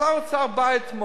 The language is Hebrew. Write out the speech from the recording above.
שר האוצר בא אתמול,